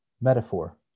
metaphor